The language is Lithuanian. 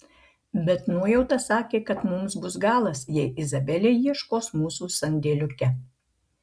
bet nuojauta sakė kad mums bus galas jei izabelė ieškos mūsų sandėliuke